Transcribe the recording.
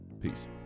Peace